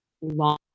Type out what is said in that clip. long